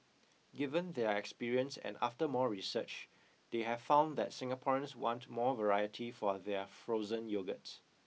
given their experience and after more research they have found that Singaporeans want more variety for their frozen yogurt